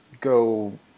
go